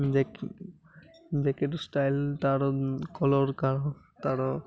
ଜକେ jacket style ତାର collar କାର ତାର